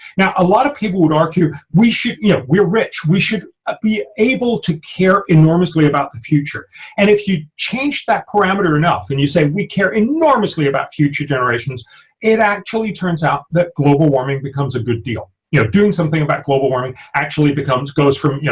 now a lot of people would argue we should. you know we're rich we should ah be able to care enormously about the future and if you change that parameter enough and you say we care enormously about future generations it actually turns out that global warming becomes a good deal, you know doing something about global warming actually becomes goes from you know,